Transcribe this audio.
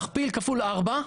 תכפיל כפול ארבע,